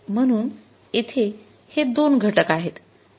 म्हणून येथे हे दोन घटक आहेत